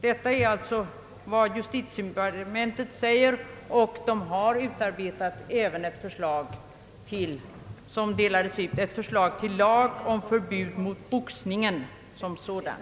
Detta är alltså vad justitiedepartementet säger, och departementet har följdriktigt utarbetat även ett förslag till lag om förbud mot boxningen som sådan.